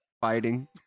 fighting